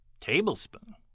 Tablespoon